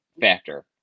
factor